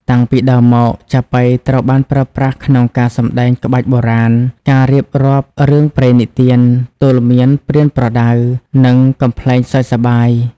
តាំងពីដើមមក ចាប៉ីត្រូវបានប្រើប្រាស់ក្នុងការសម្តែងក្បាច់បុរាណ ការរៀបរាប់រឿងព្រេងនិទាន ទូន្មានប្រៀនប្រដៅ និងកំប្លែងសើចសប្បាយ។